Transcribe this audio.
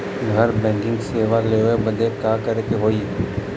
घर बैकिंग सेवा लेवे बदे का करे के होई?